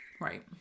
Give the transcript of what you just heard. Right